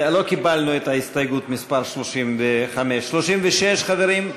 לא קיבלנו את הסתייגות מס' 35. 36, חברים?